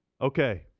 Okay